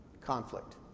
Conflict